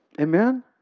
Amen